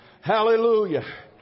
Hallelujah